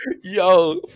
yo